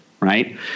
right